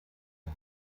ein